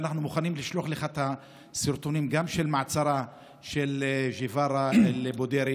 ואנחנו מוכנים לשלוח לך את הסרטונים של מעצרה של ג'יפארא אל-בודרי.